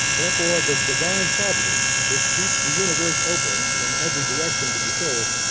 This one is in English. therefore, the divine providence which keeps the universe open in every direction to the soul,